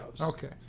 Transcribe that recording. okay